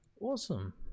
awesome